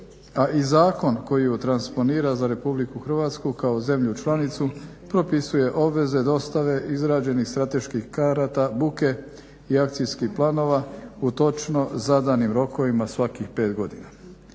i zakon koji ju transponira za Republiku Hrvatsku kao zemlju članicu propisuje obveze dostave izrađenih strateških karata buke i akcijskih planova u točno zadanim rokovima svakih pet godina.